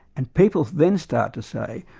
and people then start to say,